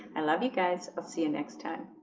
and love you guys. i'll see you next time